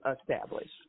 establish